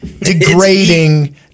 degrading